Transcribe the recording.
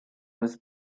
was